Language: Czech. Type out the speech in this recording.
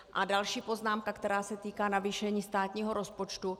A další poznámka, která se týká navýšení státního rozpočtu.